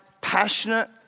passionate